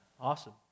Awesome